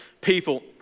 people